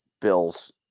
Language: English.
Bills